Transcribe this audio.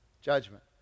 Judgment